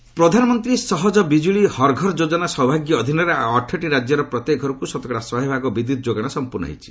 power ପ୍ରଧାନମନ୍ତ୍ରୀ ସହଜ ବିଜୁଳି ହର୍ ଘର୍ ଯୋଜନା ସୌଭାଗ୍ୟ ଅଧୀନରେ ଆଉ ଆଠଟି ରାଜ୍ୟର ପ୍ରତ୍ୟେକ ଘରକୁ ଶତକଡ଼ା ଶହେ ଭାଗ ବିଦ୍ୟତ୍ ଯୋଗାଣ ସଂପ୍ରର୍ଣ୍ଣ ହୋଇଛି